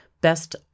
best